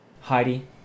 Heidi